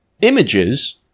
images